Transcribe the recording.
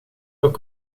ook